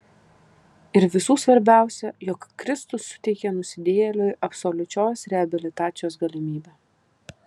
ir visų svarbiausia jog kristus suteikė nusidėjėliui absoliučios reabilitacijos galimybę